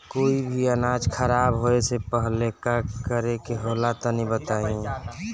कोई भी अनाज खराब होए से पहले का करेके होला तनी बताई?